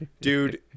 dude